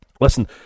Listen